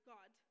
God